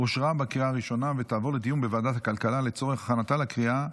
לוועדת הכלכלה נתקבלה.